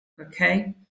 okay